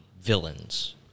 villains